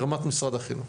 ברמת משרד החינוך.